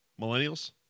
Millennials